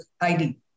ID